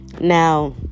Now